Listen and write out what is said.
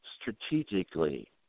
strategically